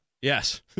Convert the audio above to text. yes